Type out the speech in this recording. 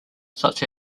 such